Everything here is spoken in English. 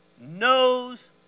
knows